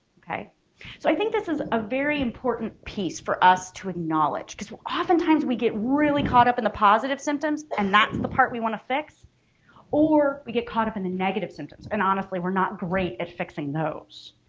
okay so i think this is a very important piece for us to acknowledge because often times we get really caught up in the positive symptoms and that's the part we want to fix or we get caught up in the negative symptoms and honestly we're not great at fixing those,